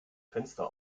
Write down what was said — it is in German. fenster